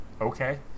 okay